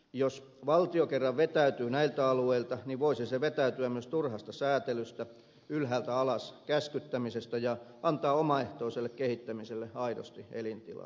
jos valtio kerran vetäytyy näiltä alueilta niin voisihan se vetäytyä myös turhasta säätelystä ylhäältä alas käskyttämisestä ja antaa omaehtoiselle kehittämiselle aidosti elintilaa